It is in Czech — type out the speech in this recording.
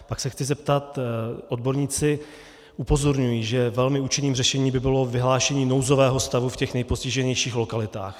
Pak se chci zeptat: Odborníci upozorňují, že velmi účinným řešením by bylo vyhlášení nouzového stavu v těch nejpostiženějších lokalitách.